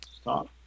stop